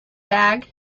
bag